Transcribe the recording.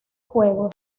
juegos